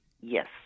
Yes